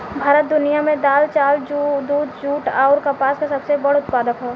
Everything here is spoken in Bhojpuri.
भारत दुनिया में दाल चावल दूध जूट आउर कपास के सबसे बड़ उत्पादक ह